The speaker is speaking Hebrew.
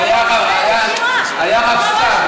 היה הרב סתיו,